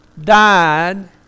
died